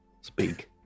speak